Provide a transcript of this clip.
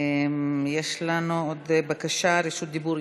יש לנו עוד בקשה לרשות דיבור.